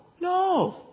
no